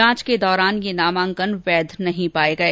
जांच के दौरान ये नामांकन वैध नहीं पाए गए